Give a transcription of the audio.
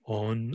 on